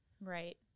Right